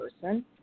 person